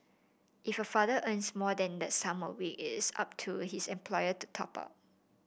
if a father earns more than the sum a week is up to his employer to top up